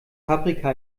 paprika